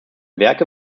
werke